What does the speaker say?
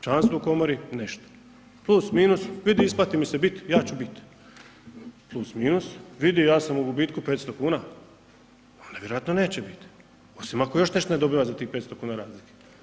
Članstvo u komori nešto, plus, minus, vidi isplati mi se biti, ja ću biti, plus minus, vidi ja sam u gubitku 500 kuna, onda vjerojatno neće biti osim ako još nešto ne dobiva za tih 500 kuna razlike.